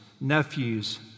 nephews